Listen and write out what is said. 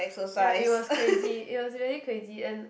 ya it was crazy it was really crazy and